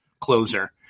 closer